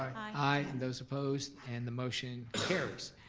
aye. and those opposed, and the motion carries.